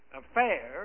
affair